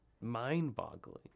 mind-boggling